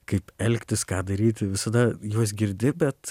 kaip elgtis ką daryti visada juos girdi bet